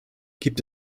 gibt